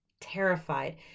Terrified